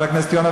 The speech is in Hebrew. חבר הכנסת יונה,